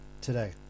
today